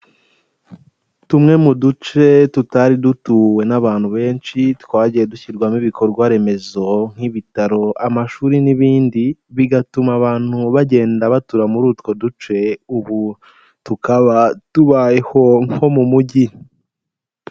Tumwe mu duce tutari dutuwe n'abantu benshi, twagiye dushyirwamo ibikorwa remezo nk'ibitaro, amashuri n'ibindi, bigatuma abantu bagenda batura muri utwo duce, ubu tukaba tubayeho nko mu mujyi.